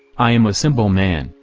i am a simple man,